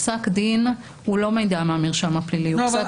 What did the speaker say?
פסק דין הוא לא מידע מהמרשם הפלילי, הוא פסק דין.